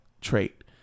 trait